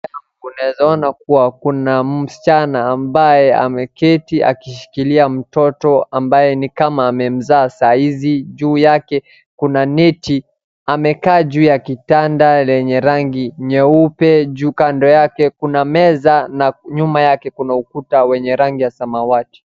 Unaeza ona kuwa kuna msichana ambaye ameketi akishikilia mtoto ambaye nikama amemzaa sahizi, juu yake kuna neti, amekaa juu ya kitanda lenye rangi nyeupe juu kando yake kuna meza na nyuma yake kuna ukuta wenye rangi ya samawati.